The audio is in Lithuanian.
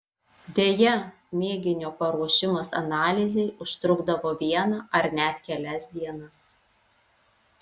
deja mėginio paruošimas analizei užtrukdavo vieną ar net kelias dienas